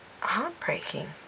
Heartbreaking